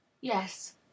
yes